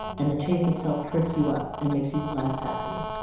and the chase itself trips you up and makes you less happy.